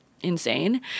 insane